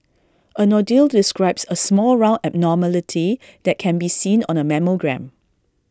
A nodule describes A small round abnormality that can be seen on A mammogram